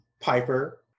Piper